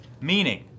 meaning